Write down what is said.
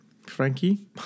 Frankie